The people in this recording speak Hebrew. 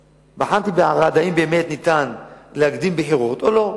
בחנתי אם ניתן להקדים את הבחירות בערד או לא.